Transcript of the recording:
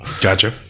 Gotcha